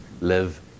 live